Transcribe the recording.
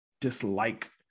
dislike